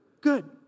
Good